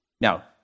Now